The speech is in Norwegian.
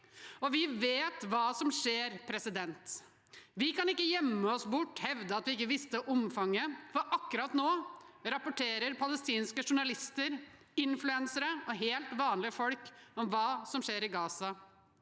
Vi vet hva som skjer. Vi kan ikke gjemme oss bort og hevde at vi ikke visste omfanget, for akkurat nå rapporterer palestinske journalister, influensere og helt vanlige folk om hva som skjer i Gaza.